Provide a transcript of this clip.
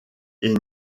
est